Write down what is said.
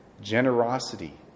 generosity